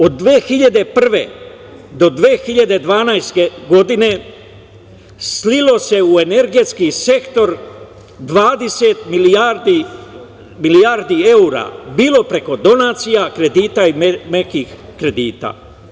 Od 2001. do 2012. godine slilo se u energetski sektor 20 milijardi evra bilo preko donacija, kredita i nekih kredita.